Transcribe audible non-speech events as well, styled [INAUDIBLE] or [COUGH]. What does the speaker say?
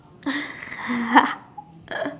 [LAUGHS]